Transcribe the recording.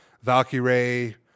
Valkyrie